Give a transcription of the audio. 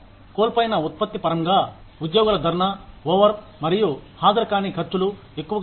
కోల్పోయిన ఉత్పత్తి పరంగా ఉద్యోగుల ధర్నా ఓవర్ మరియు హాజరుకాని ఖర్చులు ఎక్కువగా ఉన్నాయి